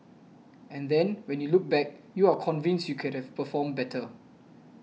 and then when you look back you are convinced you could have performed better